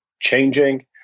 changing